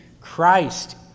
Christ